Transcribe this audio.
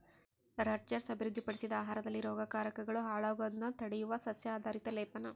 Rutgers ಅಭಿವೃದ್ಧಿಪಡಿಸಿದ ಆಹಾರದಲ್ಲಿ ರೋಗಕಾರಕಗಳು ಹಾಳಾಗೋದ್ನ ತಡೆಯುವ ಸಸ್ಯ ಆಧಾರಿತ ಲೇಪನ